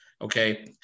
Okay